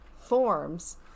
forms